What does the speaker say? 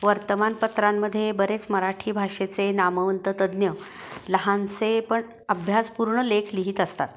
वर्तमानपत्रांमध्ये बरेच मराठी भाषेचे नामवंत तज्ञ लहानसे पण अभ्यास पूर्ण लेख लिहित असतात